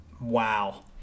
Wow